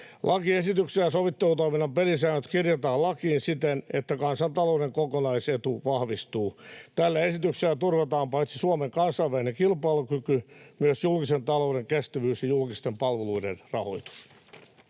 Lakiesityksellä sovittelutoiminnan pelisäännöt kirjataan lakiin siten, että kansantalouden kokonaisetu vahvistuu. Tällä esityksellä turvataan paitsi Suomen kansainvälinen kilpailukyky myös julkisen talouden kestävyys ja julkisten palveluiden rahoitus.